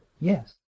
Yes